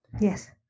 Yes